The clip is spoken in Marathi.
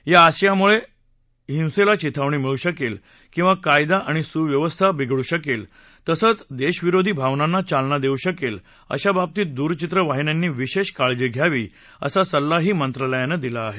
ज्या आशयामुळे हिंसेला चिथावणी मिळू शकेल किंवा कायदा आणि सुव्यवस्था विघडू शकेल तसंच देशविरोधी भावनांना चालना देऊ शकेल अशा बाबतीत दूरचित्रवाहिन्यांनी विशेष काळजी घ्यावी असा सल्लाही मंत्रालयानं दिला आहे